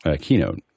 Keynote